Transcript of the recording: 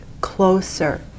closer